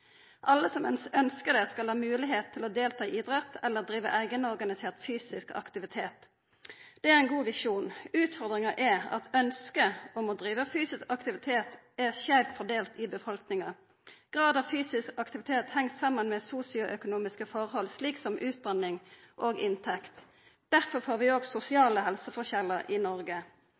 Alle som ønskjer det, skal ha moglegheit til å delta i idrett eller driva eigenorganisert fysisk aktivitet. Det er ein god visjon. Utfordringa er at ønsket om å driva fysisk aktivitet er skeivt fordelt i befolkninga. Grad av fysisk aktivitet heng saman med sosioøkonomiske forhold, slik som utdanning og inntekt. Derfor får vi òg sosiale helseforskjellar i Noreg.